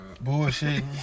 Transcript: bullshit